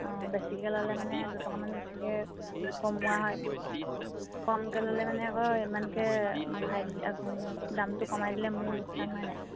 অঁ বেছিকৈ ল'লে মানে দুটকামান বেছিকৈ কমোৱা হয় কমকৈ ল'লে মানে আকৌ ইমানকৈ বঢ়াই দিলে দামটো কমাই দিলে মোৰ লোকচান হয়নে